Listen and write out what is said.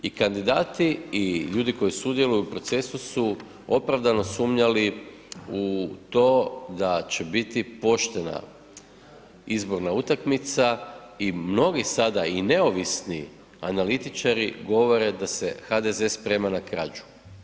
I kandidati i ljudi koji sudjeluju u procesu su opravdano sumnjali u to da će biti poštena izborna utakmica i mnogi sada i neovisni analitičari govore da se HDZ sprema na krađu.